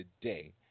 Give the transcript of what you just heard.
today